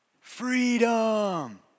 freedom